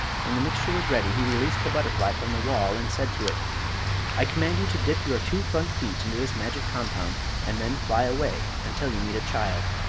when the mixture was ready he released the butterfly from the wall and said to it i command you to dip your two front feet into this magic compound and then fly away until you meet a child.